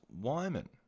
Wyman